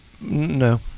no